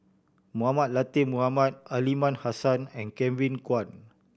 Mohamed Latiff Mohamed Aliman Hassan and Kevin Kwan